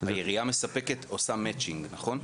העירייה עושה Matching, נכון?